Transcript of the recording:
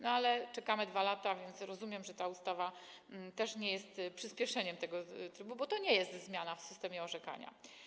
No, ale czekamy 2 lata, więc rozumiem, że ta ustawa też nie jest przyspieszeniem tego trybu, bo to nie jest zmiana w systemie orzekania.